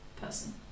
person